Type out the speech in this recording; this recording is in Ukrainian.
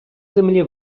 землі